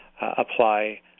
apply